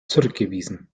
zurückgewiesen